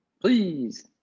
Please